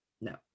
No